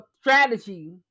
strategy